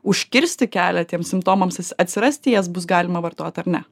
užkirsti kelią tiems simptomams ats atsirasti jas bus galima vartot ar ne